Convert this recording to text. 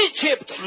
Egypt